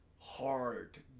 hard